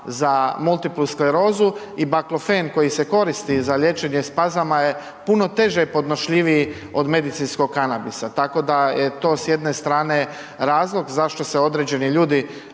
za multiplu sklerozu i baklofen koji se koristi za liječenje spazama je puno teže podnošljiviji od medicinskog kanabisa, tako da je to s jedne strane razlog zašto se određeni ljudi